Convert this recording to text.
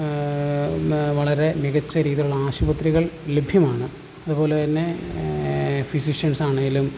വളരെ മികച്ച രീതിയിലുള്ള ആശുപത്രികൾ ലഭ്യമാണ് അതുപോലെ തന്നെ ഫിസിഷ്യൻസ് ആണെങ്കിലും